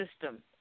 system